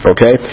Okay